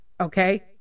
okay